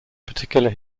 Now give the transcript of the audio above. particular